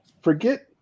forget